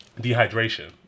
dehydration